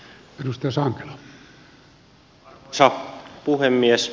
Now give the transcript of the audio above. arvoisa puhemies